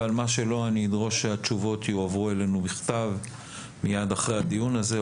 ועל מה שלא אני אדרוש שהתשובות יועברו אלינו בכתב מיד אחרי הדיון הזה,